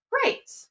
great